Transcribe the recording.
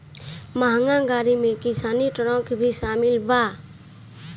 महँग गाड़ी में किसानी ट्रक भी शामिल बा